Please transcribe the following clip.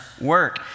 work